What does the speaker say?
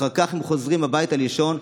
ואחר כך הם חוזרים הביתה לישון,